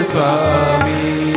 Swami